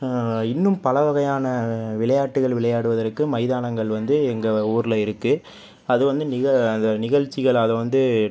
இன்னும் பலவகையான விளையாட்டுகள் விளையாடுவதற்கு மைதானங்கள் வந்து எங்க ஊரில் இருக்கு அது வந்து நிக நிகழ்ச்சிகள் அது வந்து